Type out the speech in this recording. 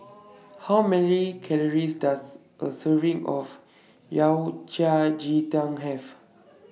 How Many Calories Does A Serving of Yao Cai Ji Tang Have